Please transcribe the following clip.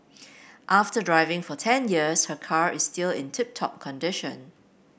after driving for ten years her car is still in tip top condition